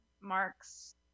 marks